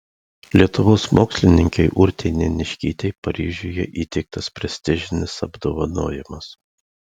lietuvos mokslininkei urtei neniškytei paryžiuje įteiktas prestižinis apdovanojimas